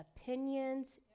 opinions